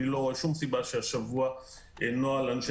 אני לא רואה שום סיבה שהשבוע נוהל אנשי